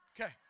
okay